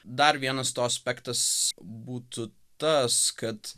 dar vienas to aspektas būtų tas kad